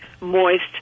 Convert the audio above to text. moist